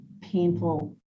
painful